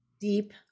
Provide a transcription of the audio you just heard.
deep